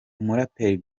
umuraperi